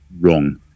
wrong